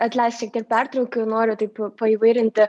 atleisk šiek tiek pertraukiu noriu taip paįvairinti